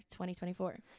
2024